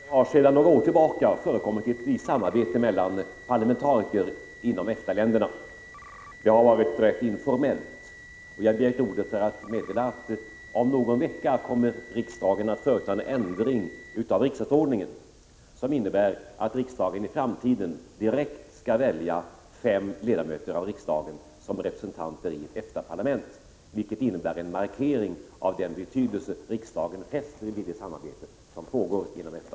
Fru talman! Det har sedan några år tillbaka förekommit ett visst samarbete mellan parlamentariker inom EFTA-länderna. Detta samarbete var rätt informellt. Jag har begärt ordet för att meddela att riksdagen om någon vecka kommer att företa en ändring av riksdagsordningen, som innebär att riksdagen i framtiden direkt skall välja fem ledamöter av riksdagen som representanter i ett EFTA-parlament. Detta utgör en markering av den betydelse riksdagen tillmäter det samarbete som pågår inom EFTA.